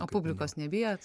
o publikos nebijot